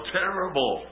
terrible